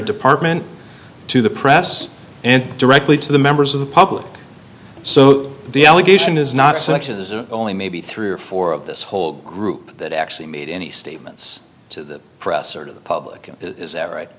department to the press and directly to the members of the public so the allegation is not sexism only maybe three or four of this whole group that actually made any statements to the press or to the public